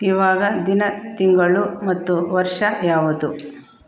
ಇವಾಗ ದಿನ ತಿಂಗಳು ಮತ್ತು ವರ್ಷ ಯಾವುದು